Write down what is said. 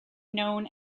known